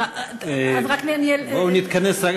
אז רק, בואו נתכנס.